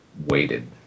waited